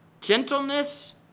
Gentleness